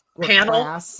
panel